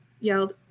yelled